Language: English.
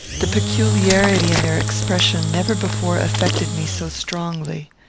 the peculiarity in their expression never before affected me so strongly.